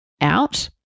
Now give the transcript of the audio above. out